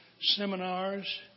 seminars